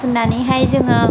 फुननानैहाय जोङो